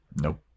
Nope